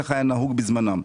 כך היה נהוג בזמנם.